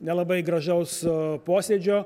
nelabai gražaus posėdžio